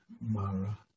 Mara